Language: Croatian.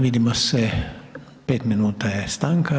Vidimo se 5 minuta je stanka.